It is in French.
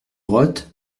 brottes